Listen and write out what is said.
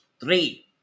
Three